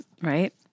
Right